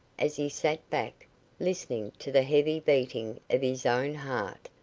as he sat back listening to the heavy beating of his own heart,